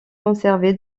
conservé